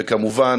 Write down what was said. וכמובן,